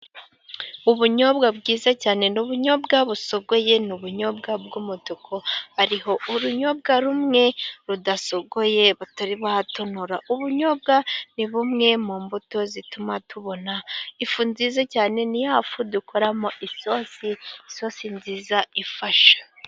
Ubunyobwa bwiza cyane ni ubunyobwa busogoye. Ni ubunyobwa bw'umutuku, hariho urunyobwa rumwe rudasogoye batari batonora. Ubunyobwa ni bumwe mu mbuto zituma tubona ifu nziza cyane. Ni ya fu dukoramo isosi, isosi nziza ifashe.